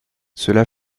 cela